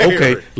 okay